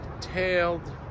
tailed